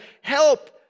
help